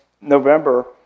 November